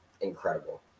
incredible